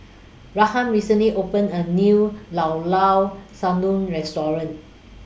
Ruthann recently opened A New Llao Llao Sanum Restaurant